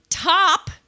Top